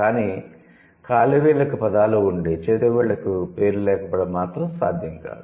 కానీ కాలి వేళ్ళకు పదాలు ఉండి చేతి వేళ్ళకు పేర్లు లేకపోవడం మాత్రం సాధ్యం కాదు